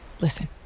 listen